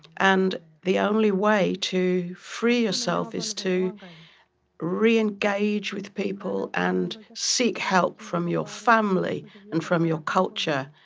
and the only way to free yourself is to re-engage with people and seek help from your family and from your culture,